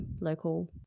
local